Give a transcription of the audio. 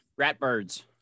Ratbirds